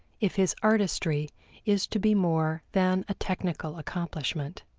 if his artistry is to be more than a technical accomplishment.